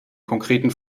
konkreten